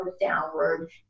downward